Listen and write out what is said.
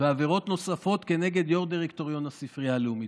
ועבירות נוספות כנגד יו"ר דירקטוריון הספרייה הלאומית.